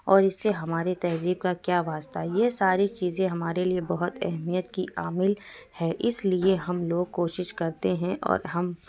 اور اس سے ہماری تہذیب کا کیا واسطہ ہے یہ ساری چیزیں ہمارے لیے بہت اہمیت کی حامل ہے اس لیے ہم لوگ کوشش کرتے ہیں اور ہم